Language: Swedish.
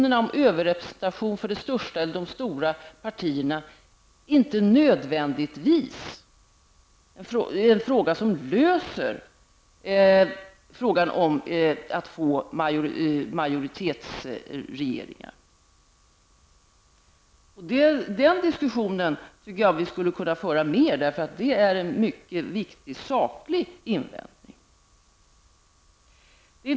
En överrepresentation av de stora partierna löser därför inte nödvändigtvis frågan om att få majoritetsregeringar. Den diskussionen tycker jag att vi skulle kunna föra mer, eftersom det är en mycket viktig saklig invändning.